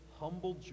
humble